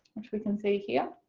which we can see here.